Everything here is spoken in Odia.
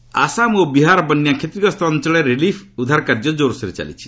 ଫ୍ଲୁଡ୍ ଆସାମ ଓ ବିହାର ବନ୍ୟା କ୍ଷତିଗ୍ରସ୍ତ ଅଞ୍ଚଳରେ ରିଲିଫ ଓ ଉଦ୍ଧାର କାର୍ଯ୍ୟ ଜୋର୍ସୋର୍ରେ ଚାଲିଛି